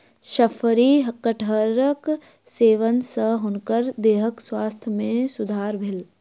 शफरी कटहरक सेवन सॅ हुनकर देहक स्वास्थ्य में सुधार भेल